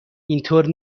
اینطور